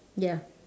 ya